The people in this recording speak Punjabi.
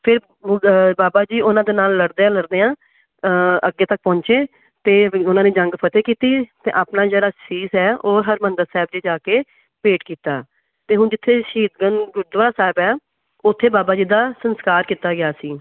ਫਿਰ ਮੁਗ ਬਾਬਾ ਜੀ ਉਹਨਾਂ ਦੇ ਨਾਲ ਲੜਦਿਆਂ ਲੜਦਿਆਂ ਅੱਗੇ ਤੱਕ ਪਹੁੰਚੇ ਅਤੇ ਉਹਨਾਂ ਨੇ ਜੰਗ ਫਤਿਹ ਕੀਤੀ ਅਤੇ ਆਪਣਾ ਜਿਹੜਾ ਸੀਸ ਹੈ ਉਹ ਹਰਿਮੰਦਰ ਸਾਹਿਬ ਜੀ ਜਾ ਕੇ ਭੇਟ ਕੀਤਾ ਅਤੇ ਹੁਣ ਜਿੱਥੇ ਸ਼ਹੀਦ ਗੰਜ ਗੁਰਦੁਆਰਾ ਸਾਹਿਬ ਆ ਉੱਥੇ ਬਾਬਾ ਜੀ ਦਾ ਸੰਸਕਾਰ ਕੀਤਾ ਗਿਆ ਸੀ